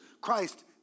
Christ